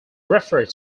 referred